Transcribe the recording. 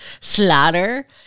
slaughter